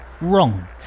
Wrong